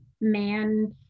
man